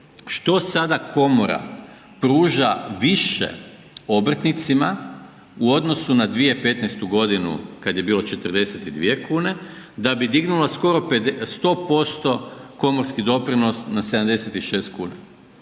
što sada komora pruža više obrtnicima u odnosu na 2015. g. kad je bilo 42 kune, da bi dignula skoro 100% komorski doprinos na 76 kuna